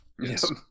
Yes